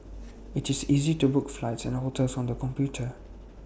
IT is easy to book flights and hotels on the computer